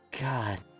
God